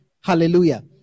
Hallelujah